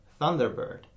Thunderbird